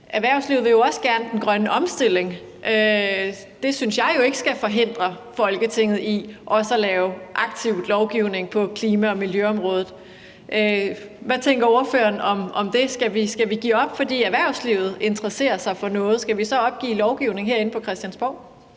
erhvervslivet vil jo også gerne den grønne omstilling, og det synes jeg jo ikke skal forhindre Folketinget i også at lave en aktiv lovgivning på klima- og miljøområdet. Hvad tænker ordføreren om det? Skal vi give op, fordi erhvervslivet interesserer sig for noget – skal vi så opgive at lovgive herinde fra Christiansborg?